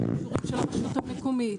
אישורים של הרשות המקומית,